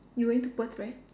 you going to Perth right